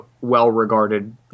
well-regarded